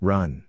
Run